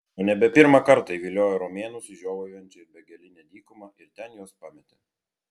jau nebe pirmą kartą įviliojo romėnus į žiovaujančią ir begalinę dykumą ir ten juos pametė